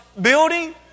building